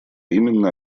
именно